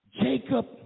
Jacob